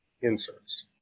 inserts